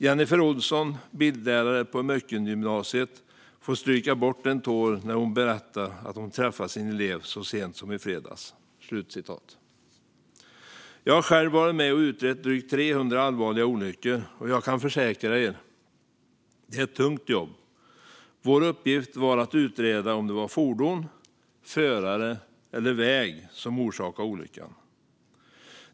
Jennifer Olsson, bildlärare på Möckelngymnasiet, får stryka bort en tår när hon berättar att hon träffade sin elev så sent som i fredags." Jag har själv varit med och utrett drygt 300 allvarliga olyckor, och jag kan försäkra er att det är ett tungt jobb. Vår uppgift var att utreda om det var fordon, förare eller väg som orsakade olyckan.